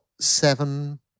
seven